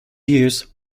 years